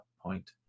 point